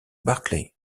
barclay